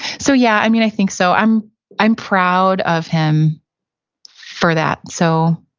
so yeah, i mean i think so. i'm i'm proud of him for that, so